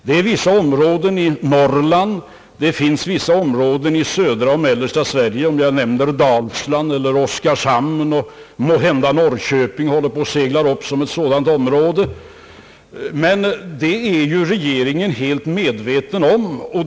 Det är vissa områden i Norrland och i södra och mellersta Sverige — jag kan nämna Dalsland och Oskarshamn; måhända håller även Norrköping på att segla upp som ett sådant område — men det är regeringen helt medveten om.